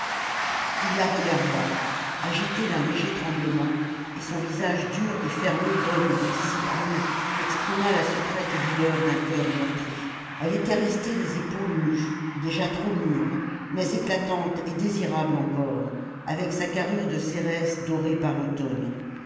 il la regarda agité d'un léger tremblement et son visage dur et fermé d'homme de discipline exprima la secrète douleur d'un coeur meurtri elle était restée les épaules nues déjà trop mûre mais éclatante et désirable encore avec sa carrure de cérès dorée par l'automne